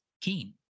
Keen